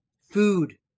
food